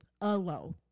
alone